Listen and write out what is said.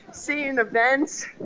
seeing events,